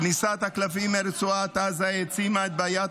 כניסת הכלבים מרצועת עזה העצימה את בעיית